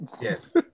Yes